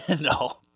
No